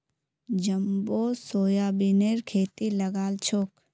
jumbo सोयाबीनेर खेती लगाल छोक